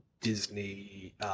Disney